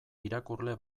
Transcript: irakurle